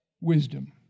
wisdom